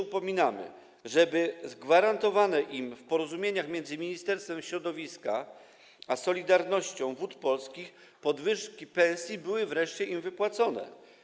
Upominamy się o to, żeby gwarantowane im w porozumieniach między Ministerstwem Środowiska a „Solidarnością” Wód Polskich podwyżki pensji były wreszcie im wypłacone.